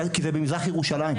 כי זה במזרח ירושלים.